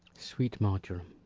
sweet marjoram.